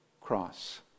cross